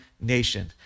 nation